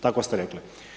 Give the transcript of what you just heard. Tako ste rekli.